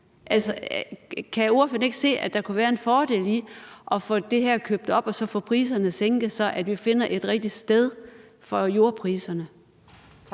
kan ordføreren ikke se, at der kunne være en fordel i at få det her købt op og så få priserne sænket, så vi finder et rigtigt sted for jordpriserne?